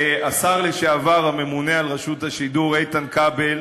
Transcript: השר לשעבר הממונה על רשות השידור איתן כבל.